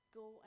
go